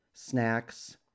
snacks